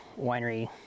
winery